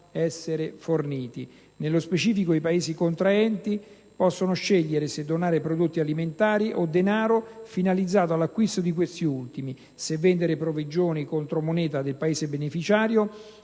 essere forniti. Nello specifico, i Paesi contraenti possono scegliere se donare prodotti alimentari o denaro finalizzato all'acquisto di questi ultimi, se vendere provvigioni contro moneta del Paese beneficiario